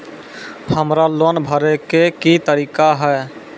हमरा लोन भरे के की तरीका है?